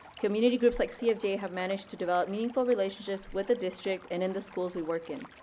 community groups like cfj, have managed to develop meaningful relationships with the district and in the schools we work in.